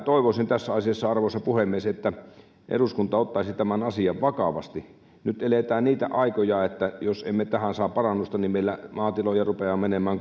toivoisin arvoisa puhemies että eduskunta ottaisi tämän asian vakavasti nyt eletään niitä aikoja että jos emme tähän saa parannusta meillä maatiloja rupeaa menemään